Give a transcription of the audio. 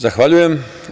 Zahvaljujem.